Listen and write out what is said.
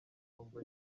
nubwo